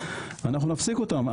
אנחנו נפסיק אותן.